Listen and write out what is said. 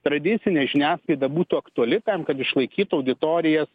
tradicinė žiniasklaida būtų aktuali tam kad išlaikytų auditorijas